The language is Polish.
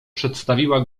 przedstawiła